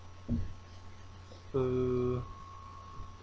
err